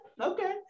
Okay